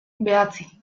bederatzi